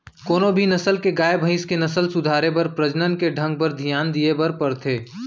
कोनों भी नसल के गाय, भईंस के नसल सुधारे बर प्रजनन के ढंग बर धियान दिये बर परथे